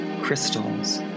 crystals